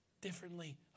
differently